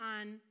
on